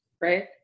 right